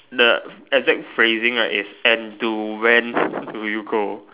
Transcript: the exact phrasing right is and to when do you go